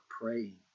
praying